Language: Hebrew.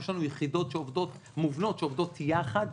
יש לנו יחידות מובנות שעובדות יחד,